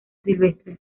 silvestres